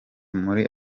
muri